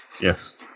Yes